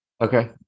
Okay